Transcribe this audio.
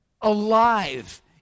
alive